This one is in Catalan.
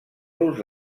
los